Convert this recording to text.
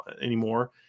anymore